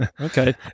okay